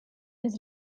his